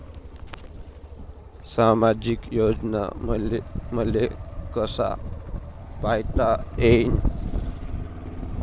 सामाजिक योजना मले कसा पायता येईन?